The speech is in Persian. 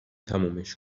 تمومش